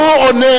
ועכשיו,